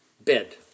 bed